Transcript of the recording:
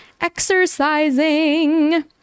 exercising